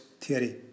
theory